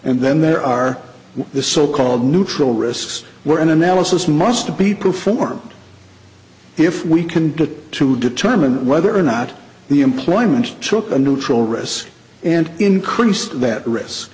and then there are the so called neutral risks were an analysis must be performed if we can get to determine whether or not the employment took a neutral risk and increased that risk